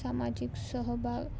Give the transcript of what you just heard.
सामाजीक सहबाग